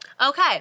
Okay